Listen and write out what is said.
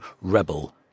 rebel